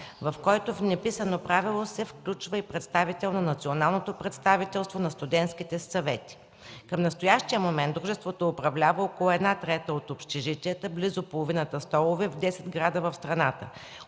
в който по неписано правило се включва и представител на националното представителство на студентските съвети. Към настоящия момент дружеството управлява около една трета от общежитията, близо половината столове в 10 града в страната.